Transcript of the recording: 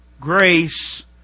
grace